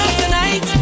tonight